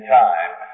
time